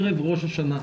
ערב ראש השנה.